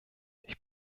ich